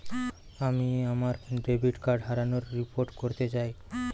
আমি আমার debit card হারানোর রিপোর্ট করতে চাই